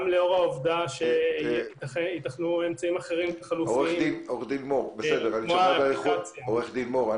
גם לאור העובדה שייתכנו אמצעים חלופיים אחרים --- עורך דין גלמור,